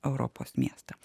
europos miestam